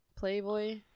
Playboy